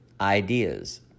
ideas